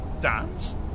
Dance